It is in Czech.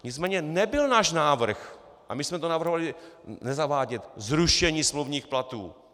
Nicméně nebyl náš návrh, a my jsme to navrhovali nezavádět, zrušení smluvních platů.